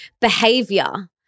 behavior